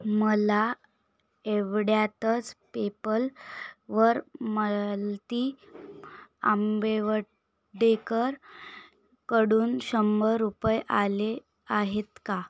मला एवढ्यातच पेपलवर मालती आंबेवडेकर कडून शंभर रुपये आले आहेत का